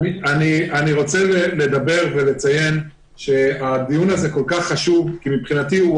אני רוצה לציין שהדיון הזה כל כך חשוב כי מבחינתי הוא